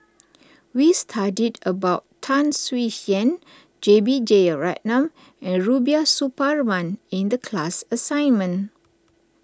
we studied about Tan Swie Hian J B Jeyaretnam and Rubiah Suparman in the class assignment